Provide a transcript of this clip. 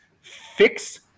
fix